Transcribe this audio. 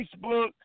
Facebook